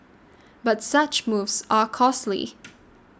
but such moves are costly